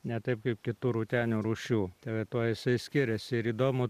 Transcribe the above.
ne taip kaip kitų rūtenių rūšių tai va tuo jisai skiriasi ir įdomu